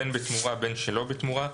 בין בתמורה בין שלא בתמורה,